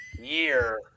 year